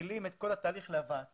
מתחילים את כל התהליך להבאתם.